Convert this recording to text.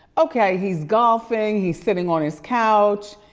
okay, he's golfing, he's sitting on his couch,